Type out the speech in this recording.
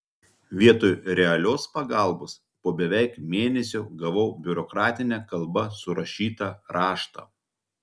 vietoj realios pagalbos po beveik mėnesio gavau biurokratine kalba surašytą raštą